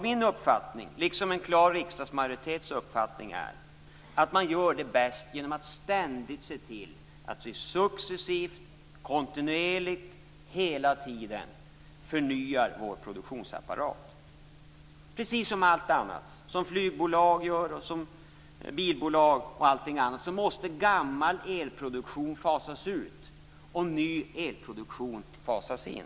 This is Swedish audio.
Min uppfattning, liksom en klar riksdagsmajoritets uppfattning, är att man gör det bäst genom att ständigt se till att vi successivt och kontinuerligt förnyar vår produktionsapparat. Det skall göras precis som med allt annat. Flygbolag och bilbolag gör det. Gammal elproduktion måste fasas ut och ny elproduktion fasas in.